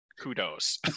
Kudos